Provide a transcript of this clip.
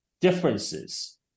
differences